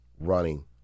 running